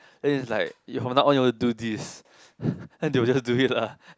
and is like from now on you all do this then they will just do it lah